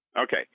Okay